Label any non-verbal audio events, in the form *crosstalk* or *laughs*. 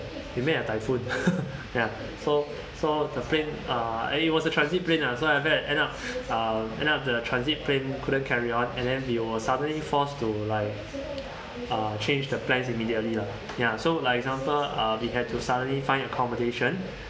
we met a typhoon *laughs* ya so so the plane uh and it was a transit plane lah so I have end up uh end up the transit plane couldn't carry on and then we were suddenly forced to like uh change the plans immediately lah ya so like example uh we had to suddenly find accommodation